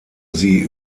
sie